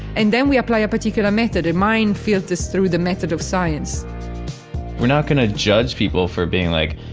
and then we apply a particular method, and mine filters through the method of science we're not going to judge people for being like,